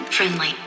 Friendly